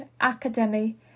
academy